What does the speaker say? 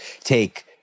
take